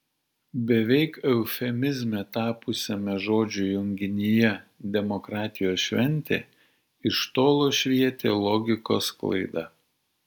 beveik eufemizme tapusiame žodžių junginyje demokratijos šventė iš tolo švietė logikos klaida